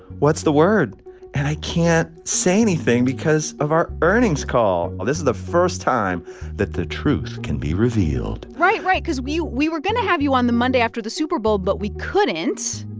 what's the word? and i can't say anything because of our earnings call. well, this is the first time that the truth can be revealed right, right, because we we were going to have you on the monday after the super bowl, but we couldn't.